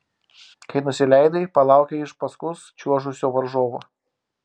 kai nusileidai palaukei iš paskus čiuožusio varžovo